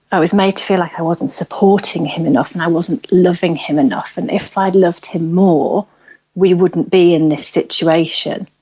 i was made to feel like i wasn't supporting him enough and i wasn't loving him enough, and if i loved him more we wouldn't be in this situation.